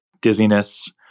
dizziness